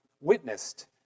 witnessed